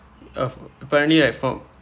um apparently right for